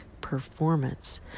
performance